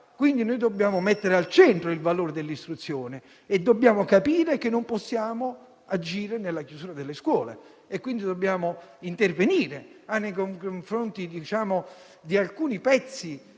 quindi noi dobbiamo mettere al centro il valore dell'istruzione, capire che non possiamo agire nella chiusura delle scuole e quindi intervenire nei confronti di alcuni pezzi